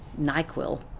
NyQuil